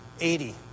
Eighty